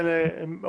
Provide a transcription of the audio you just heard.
חבר הכנסת ארבל,